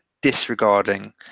disregarding